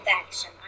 action